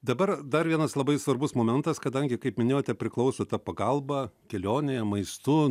dabar dar vienas labai svarbus momentas kadangi kaip minėjote priklauso ta pagalba kelionėje maistu